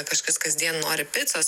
kažkas kasdien nori picos